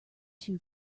too